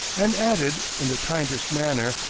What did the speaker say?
and added, in the kindest manner,